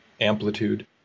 amplitude